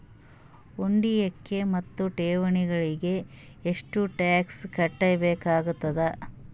ಹೂಡಿಕೆ ಮತ್ತು ಠೇವಣಿಗಳಿಗ ಎಷ್ಟ ಟಾಕ್ಸ್ ಕಟ್ಟಬೇಕಾಗತದ?